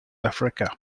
africa